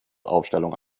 aufstellung